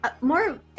more